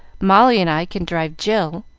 molly and i can drive jill,